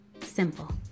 Simple